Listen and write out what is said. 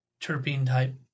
terpene-type